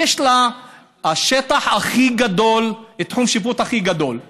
שיש להם תחום השיפוט הכי גדול.